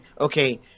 okay